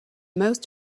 most